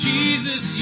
Jesus